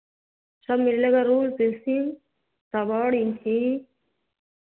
copy pencil रबड़